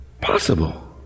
possible